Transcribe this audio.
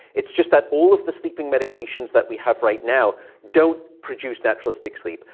it's just that all of the sleeping medications that we have right now don't produce naturalistic sleep.